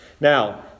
Now